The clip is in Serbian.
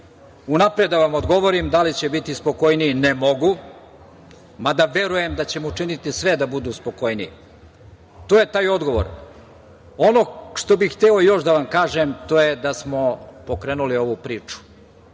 unapred da vam odgovorim da li će biti spokojniji - ne mogu, mada verujem da ćemo učiniti sve da budu spokojniji. To je taj odgovor. Ono što bih hteo još da vam kažem, to je da smo pokrenuli ovu priču.